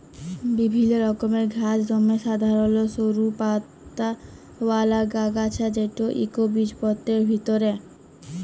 বিভিল্ল্য রকমের ঘাঁস দমে সাধারল সরু পাতাআওলা আগাছা যেট ইকবিজপত্রের ভিতরে